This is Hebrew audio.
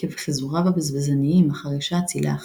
עקב חיזוריו הבזבזניים אחר אישה אצילה אחת,